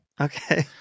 Okay